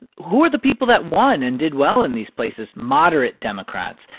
who are the people that won and did well in these places? moderate democrats.